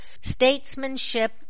statesmanship